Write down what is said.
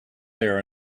there